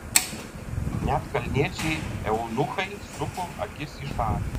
net kalniečiai eunuchai suko akis į šalį